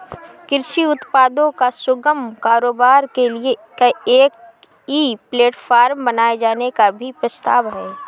कृषि उत्पादों का सुगम कारोबार के लिए एक ई प्लेटफॉर्म बनाए जाने का भी प्रस्ताव है